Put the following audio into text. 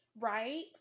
Right